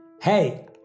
Hey